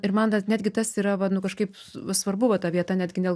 ir man tas netgi tas yra nu kažkaip svarbu va ta vieta netgi ne